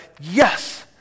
yes